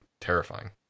terrifying